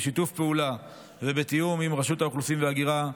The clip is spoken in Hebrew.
ובשיתוף פעולה ובתיאום עם רשות האוכלוסין וההגירה,